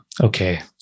okay